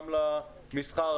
גם למסחר,